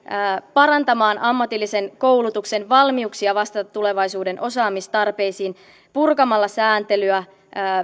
parantamaan ammatillisen koulutuksen valmiuksia vastata tulevaisuuden osaamistarpeisiin purkamalla sääntelyä